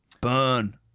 Burn